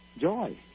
Joy